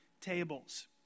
tables